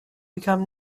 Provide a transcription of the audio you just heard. become